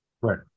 Right